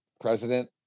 president